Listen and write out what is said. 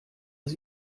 aus